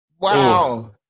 Wow